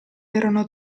erano